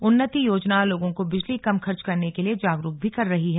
उन्नति योजना लोगों को बिजली कम खर्च करने के लिए जागरुक भी कर रही है